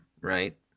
right